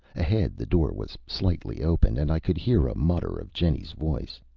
ahead the door was slightly open, and i could hear a mutter of jenny's voice.